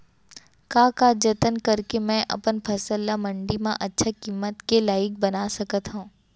का का जतन करके मैं अपन फसल ला मण्डी मा अच्छा किम्मत के लाइक बना सकत हव?